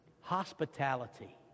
hospitality